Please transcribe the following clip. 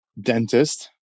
Dentist